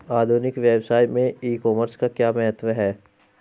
आधुनिक व्यवसाय में ई कॉमर्स का क्या महत्व है?